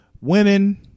Winning